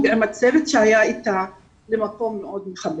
עם הצוות שהיה איתה למקום מאוד מכבד.